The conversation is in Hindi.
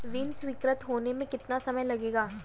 ऋण स्वीकृत होने में कितना समय लगेगा?